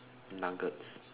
nuggets